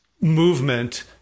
movement